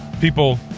people